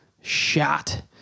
shot